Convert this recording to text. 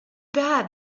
bad